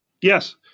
Yes